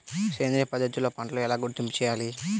సేంద్రియ పద్ధతిలో పంటలు ఎలా గుర్తింపు చేయాలి?